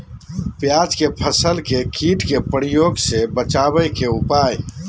प्याज के फसल के कीट के प्रकोप से बचावे के उपाय?